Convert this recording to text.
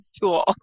tool